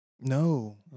No